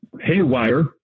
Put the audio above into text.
haywire